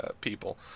people